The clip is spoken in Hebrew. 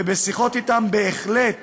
ובשיחות אתם בהחלט